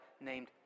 named